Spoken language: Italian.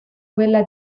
quella